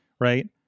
right